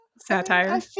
satire